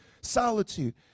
solitude